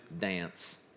dance